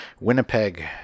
Winnipeg